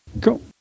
Cool